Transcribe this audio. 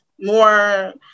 more